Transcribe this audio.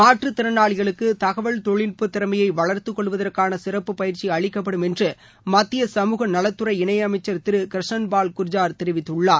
மாற்றுத்திறனாளிகளுக்கு தகவல் தொழில்நுட்பத்திறமையை வளர்த்துக்கொள்வதற்கான சிறப்பு பயிற்சி அளிக்கப்படும் என்று மத்திய சமூக நலத்துறை இணையமைச்சர் திரு கிரஷன்பால் குர்ஜர் தெரிவித்கள்ளார்